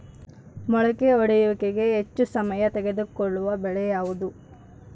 ಮೊಳಕೆ ಒಡೆಯುವಿಕೆಗೆ ಹೆಚ್ಚು ಸಮಯ ತೆಗೆದುಕೊಳ್ಳುವ ಬೆಳೆ ಯಾವುದು?